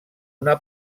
una